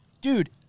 Dude